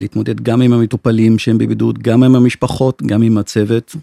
להתמודד גם עם המטופלים שהם בבידוד, גם עם המשפחות, גם עם הצוות.